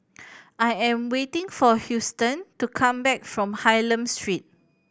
I am waiting for Huston to come back from Hylam Street